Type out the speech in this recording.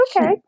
okay